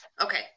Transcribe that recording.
okay